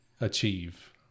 achieve